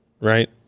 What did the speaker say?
right